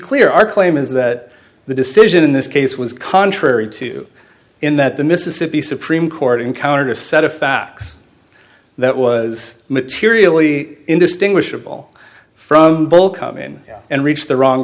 clear our claim is that the decision in this case was contrary to in that the mississippi supreme court encountered a set of facts that was materially indistinguishable from ball come in and reach the wrong